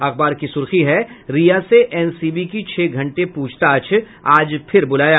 अखबार की सुर्खी है रिया से एनसीबी की छह घंटे प्रछताछ आज फिर ब्रलाया